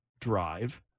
drive